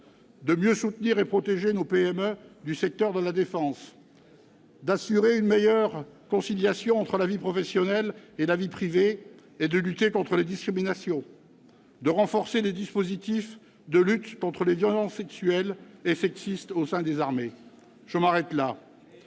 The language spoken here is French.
de mieux soutenir et protéger nos PME du secteur de la défense, d'assurer une meilleure conciliation entre vie professionnelle et vie privée et de lutter contre les discriminations ; de renforcer les dispositifs de lutte contre les violences sexuelles et sexistes au sein des armées. Je m'arrête là.